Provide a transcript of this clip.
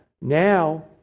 now